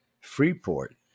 Freeport